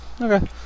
Okay